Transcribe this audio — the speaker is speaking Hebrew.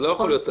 לא יכול להיות.